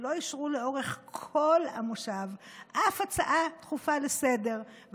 לא אישרו לאורך כל המושב אף הצעה דחופה לסדר-היום,